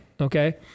Okay